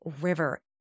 river